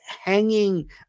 hanging